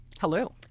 Hello